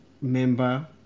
member